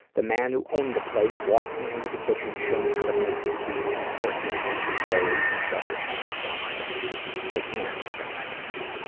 the man who owned the place walked me into the kitchen to show me how to make the tea and forced me against the stove, and shoved his hands down my pants, his hand down my pants.